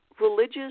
religious